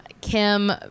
kim